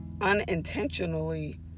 unintentionally